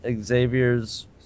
Xavier's